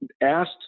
asked